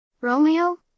Romeo